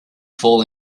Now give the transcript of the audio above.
fall